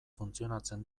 funtzionatzen